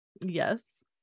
Yes